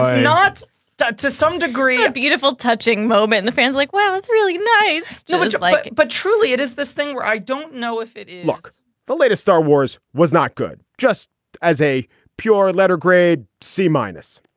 not done to some degree, a beautiful touching moment in the fans like, wow, it's really nice yeah like but truly, it is this thing where i don't know if it it looks the latest star wars was not good, just as a pure letter, grade c minus.